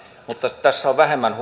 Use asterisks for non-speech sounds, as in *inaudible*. mutta tässä on vähemmän *unintelligible*